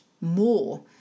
more